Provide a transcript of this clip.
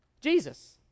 Jesus